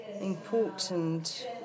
important